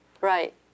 Right